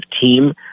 team